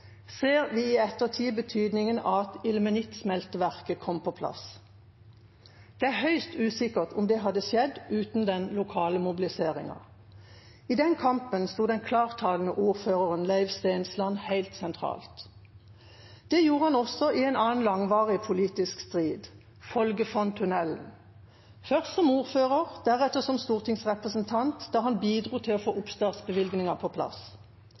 plass. Det er høyst usikkert om det hadde skjedd uten den lokale mobiliseringen. I den kampen sto den klarttalende ordføreren Leiv Stensland helt sentralt. Det gjorde han også i en annen langvarig politisk strid, Folgefonntunnelen, først som ordfører, deretter som stortingsrepresentant da han bidro til å få oppstartbevilgningen på plass.